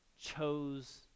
Chose